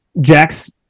Jack's